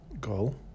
goal